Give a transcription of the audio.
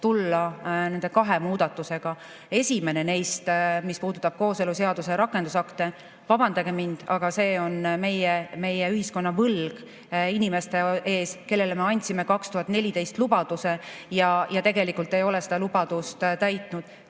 välja nende kahe muudatusega. Esimene neist puudutab kooseluseaduse rakendusakte. Vabandage mind, aga see on meie ühiskonna võlg inimeste ees, kellele me andsime 2014 lubaduse, aga me tegelikult ei ole seda lubadust täitnud.